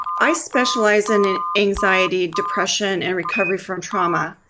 i specialize in anxiety, depression and recovery from trauma.